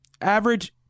Average